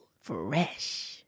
Fresh